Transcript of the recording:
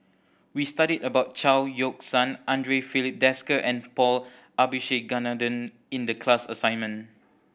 we studied about Chao Yoke San Andre Filipe Desker and Paul Abisheganaden in the class assignment